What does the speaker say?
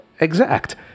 exact